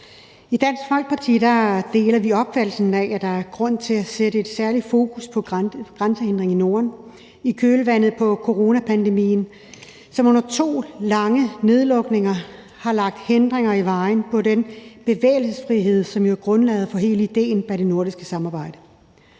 I Dansk Folkeparti deler vi opfattelsen af, at der er grund til at sætte et særligt fokus på grænsehindringer i Norden i kølvandet på coronapandemien, som under to lange nedlukninger har lagt hindringer i vejen for den bevægelsesfrihed, som jo er grundlaget for hele idéen bag det nordiske samarbejde.